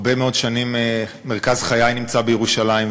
הרבה מאוד שנים מרכז חיי נמצא בירושלים,